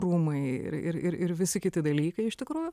rūmai ir ir visi kiti dalykai iš tikrųjų